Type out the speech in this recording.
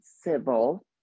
civil